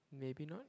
maybe not